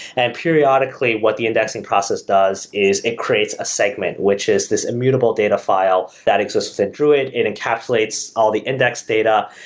and periodically, what the indexing process does is it creates a segment, which is this immutable data file that exists in druid and encapsulates all the index data,